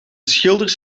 schilders